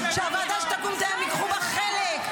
שבוועדה שתקום הן ייקחו חלק,